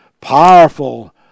powerful